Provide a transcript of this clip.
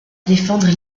défendre